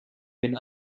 been